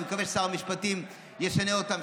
אני מקווה ששר המשפטים ישנה אותם.